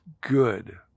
good